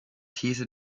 these